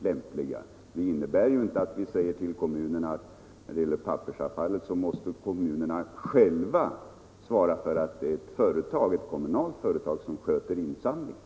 Propositionen innebär inte att vi säger till kommunerna att när det gäller pappersavfallet måste kommunerna se till att ett kommunalt företag sköter insamlingen.